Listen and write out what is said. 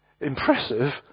Impressive